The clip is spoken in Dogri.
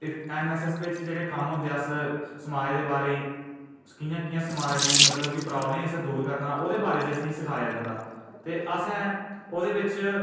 इस ऐन्न एस एस बिच जेह्डे़ कम्म होंदे अस समाज दे बारे च कि'यां कि'यां दी मतलब प्राब्लमें गी असें दूर करना ओह्दे बारे च असें गी सखाया जंदा ते असें ओह्दे बिच